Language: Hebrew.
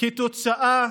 כתוצאה